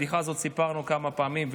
את הבדיחה הזאת סיפרנו כמה פעמים,